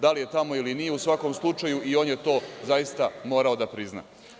Da li je tamo ili nije, u svakom slučaju, on je to zaista morao da prizna.